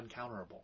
uncounterable